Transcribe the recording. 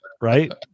Right